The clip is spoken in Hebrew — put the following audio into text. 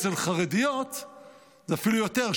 אצל חרדיות זה אפילו יותר,